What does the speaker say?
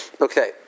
Okay